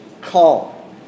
call